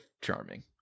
charming